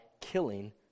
killing